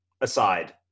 aside